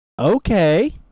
Okay